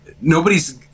nobody's